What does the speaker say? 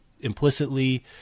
implicitly